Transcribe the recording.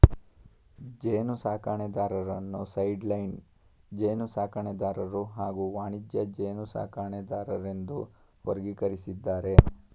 ಜೇನುಸಾಕಣೆದಾರರನ್ನು ಸೈಡ್ಲೈನ್ ಜೇನುಸಾಕಣೆದಾರರು ಹಾಗೂ ವಾಣಿಜ್ಯ ಜೇನುಸಾಕಣೆದಾರರೆಂದು ವರ್ಗೀಕರಿಸಿದ್ದಾರೆ